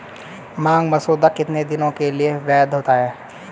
मांग मसौदा कितने दिनों के लिए वैध होता है?